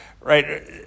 right